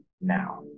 now